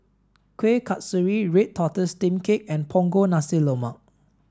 kueh kasturi red tortoise steamed cake and punggol nasi lemak